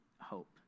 hope